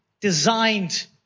designed